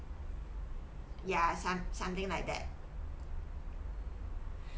yeah some something like that